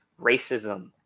Racism